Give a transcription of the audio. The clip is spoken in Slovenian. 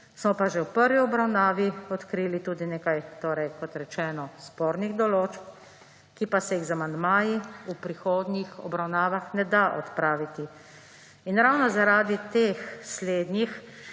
smo pa že v prvi obravnavi odkrili tudi nekaj, torej kot rečeno, spornih določb, ki pa se jih z amandmajih v prihodnih obravnavah ne da odpraviti. Ravno zaradi teh slednjih